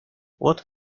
what